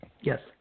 Yes